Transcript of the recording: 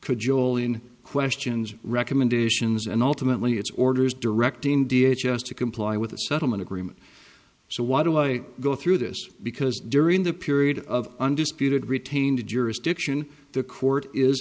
could joleon questions recommendations and ultimately it's orders directing d h s s to comply with the settlement agreement so why do i go through this because during the period of undisputed retained jurisdiction the court is